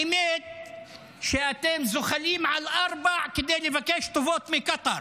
האמת היא שאתם זוחלים על ארבע כדי לבקש טובות מקטר,